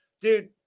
dude